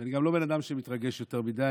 ואני גם לא בן אדם שמתרגש יותר מדי.